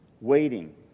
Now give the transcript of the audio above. Waiting